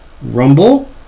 Rumble